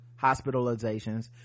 hospitalizations